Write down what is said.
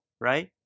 right